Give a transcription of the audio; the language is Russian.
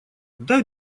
дай